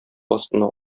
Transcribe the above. астына